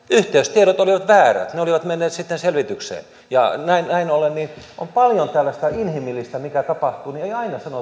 yhteystiedot olivat väärät ne olivat menneet sitten selvitykseen ja näin näin ollen on paljon tällaista inhimillistä mitä tapahtuu ei aina